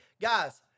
Guys